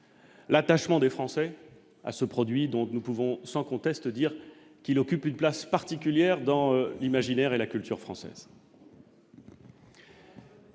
l'attachement des Français à ce produit, donc nous pouvons sans conteste, dire qu'il occupe une place particulière dans l'imaginaire et la culture française.